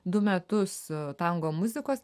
du metus tango muzikos